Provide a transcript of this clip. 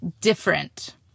different